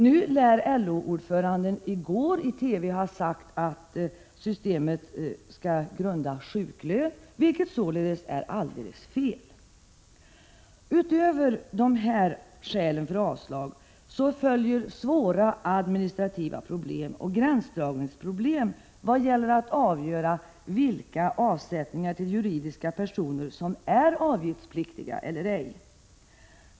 Nu lär LO-ordföranden i går i TV ha sagt att andelar i vinst är sjuklöngrundande, vilket således är alldeles fel. Utöver de här skälen för avslag kan anföras svåra administrativa problem och gränsdragningsproblem när man skall avgöra vilka avsättningar till juridiska personer som är avgiftspliktiga och vilka som inte är det.